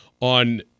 on